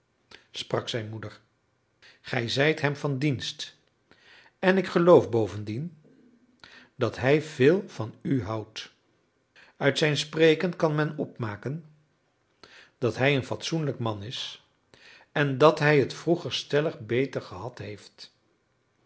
sprak zijn moeder gij zijt hem van dienst en ik geloof bovendien dat hij veel van u houdt uit zijn spreken kan men opmaken dat hij een fatsoenlijk man is en dat hij het vroeger stellig beter gehad heeft